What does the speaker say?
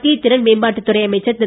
மத்திய திறன் மேம்பாட்டுத்துறை அமைச்சர் திரு